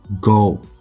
go